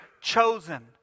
chosen